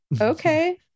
Okay